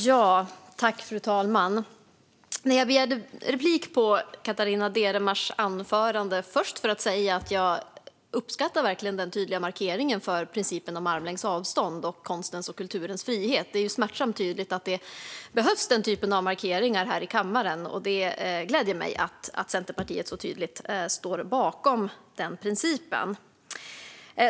Fru talman! Jag begärde replik på Catarina Deremars anförande först och främst för att säga att jag verkligen uppskattar den tydliga markeringen för principen om armlängds avstånd och konstens och kulturens frihet. Det är smärtsamt tydligt att den typen av markeringar behövs här i kammaren, och det gläder mig att Centerpartiet så tydligt står bakom denna princip.